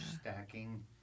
Stacking